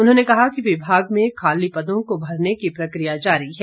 उन्होंने कहा कि विभाग में खाली पदों को भरने की प्रक्रिया जारी है